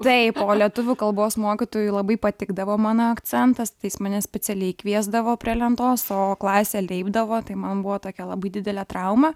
taip o lietuvių kalbos mokytojui labai patikdavo mano akcentas tai jis mane specialiai kviesdavo prie lentos o klasė leipdavo tai man buvo tokia labai didelė trauma